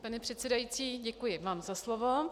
Pane předsedající, děkuji vám za slovo.